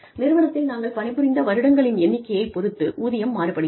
நிறுவனத்தில் நாங்கள் பணிபுரிந்த வருடங்களின் எண்ணிக்கையைப் பொறுத்து ஊதியம் மாறுபடுகிறது